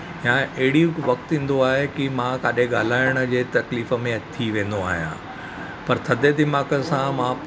या अहिड़ो वक़्तु ईंदो आहे की मां किथे ॻाल्हाइण जे तकलीफ़ में थी वेंदो आहियां पर थधे दिमाॻ सां मां